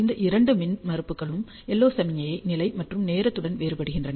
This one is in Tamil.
இந்த இரண்டு மின்மறுப்புகளும் LO சமிக்ஞை நிலை மற்றும் நேரத்துடன் வேறுபடுகின்றன